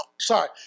sorry